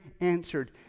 answered